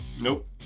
Nope